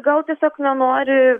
gal tiesiog nenori